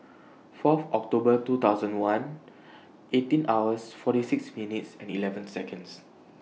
four October two thousand one eighteen hours forty six minutes and eleven Seconds